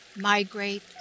migrate